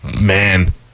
Man